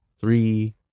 three